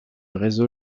réseau